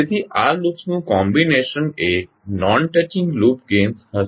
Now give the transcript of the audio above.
તેથી આ લૂપ્સનું કોમ્બીનેશન એ નોન ટચિંગ લૂપ્સ ગેઇન હશે